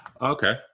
Okay